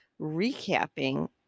recapping